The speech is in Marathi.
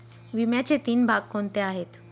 विम्याचे तीन भाग कोणते आहेत?